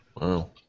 Wow